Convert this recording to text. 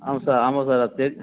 ஆமாம் சார் ஆமாம் சார் அது தேதி